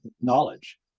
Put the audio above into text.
knowledge